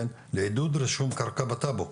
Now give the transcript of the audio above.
לעידוד רישום קרקע בטאבו,